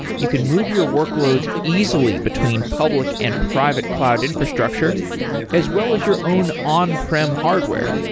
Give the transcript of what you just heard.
you can move your workloads easily between public and private cloud infrastructure as well as your own on-prem hardware.